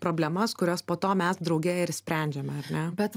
problemas kurios po to mes drauge ir sprendžiame ar ne bet